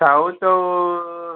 செள செளவ்